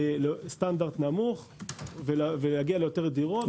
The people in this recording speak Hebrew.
סטנדרט נמוך ולהגיע ליותר דירות או פחות?